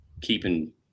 keeping –